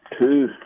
two